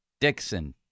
Dixon